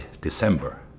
December